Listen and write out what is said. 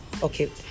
Okay